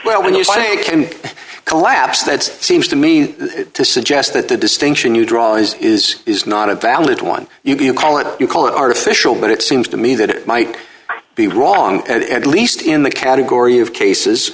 well when you're flying can collapse that seems to mean to suggest that the distinction you draw lines is is not a valid one you'd be a call and you call an artificial but it seems to me that it might be wrong and least in the category of cases